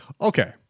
Okay